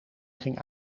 ging